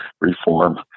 reform